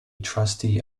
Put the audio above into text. trustee